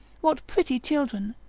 what pretty children!